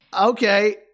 Okay